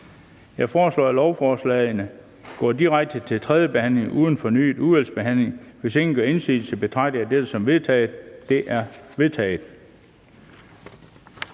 Jeg foreslår, at lovforslagene går direkte til tredje behandling uden fornyet udvalgsbehandling. Hvis ingen gør indsigelse, betragter jeg dette som vedtaget. Det er vedtaget.